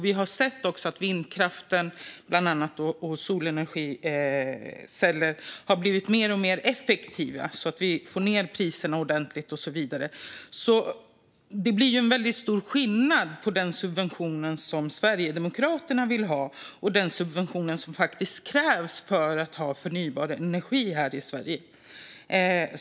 Vi har också sett att bland annat vindkraft och solenergiceller har blivit mer effektivt, så att vi får ned priserna ordentligt och så vidare. Det blir alltså väldigt stor skillnad på den subvention som Sverigedemokraterna vill ha och den subvention som faktiskt krävs för att ha förnybar energi här i Sverige.